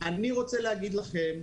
אני רוצה להגיד לכם,